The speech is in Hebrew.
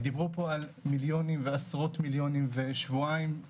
דיברו פה על מיליונים ועשרות מיליונים ושבועיים,